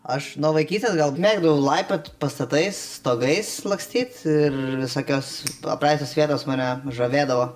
aš nuo vaikystės gal mėgdavau laipiot pastatais stogais lakstyt ir visokios apleistos vietos mane žavėdavo